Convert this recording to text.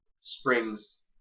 springs